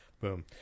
Boom